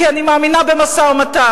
כי אני מאמינה במשא-ומתן,